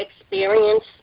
experience